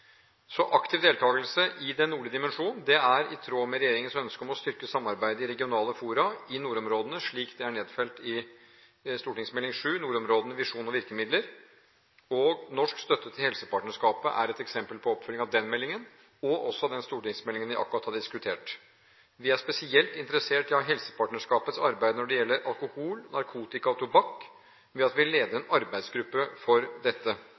Aktiv deltakelse i Den nordlige dimensjon er i tråd med regjeringens ønske om å styrke samarbeidet i regionale fora i nordområdene, slik det er nedfelt i Meld. St. 7 for 2011–2012, Nordområdene Visjon og virkemidler. Norsk støtte til helsepartnerskapet er et eksempel på oppfølging av denne meldingen og også av den stortingsmeldingen vi nettopp har diskutert. Vi er spesielt interessert i helsepartnerskapets arbeid når det gjelder alkohol, narkotika og tobakk, ved at vi leder en arbeidsgruppe for dette,